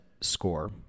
score